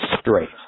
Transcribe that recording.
straight